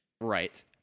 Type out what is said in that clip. Right